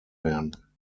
werden